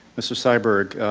mr. syberg,